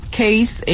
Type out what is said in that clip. case